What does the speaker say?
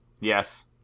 Yes